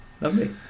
lovely